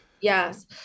Yes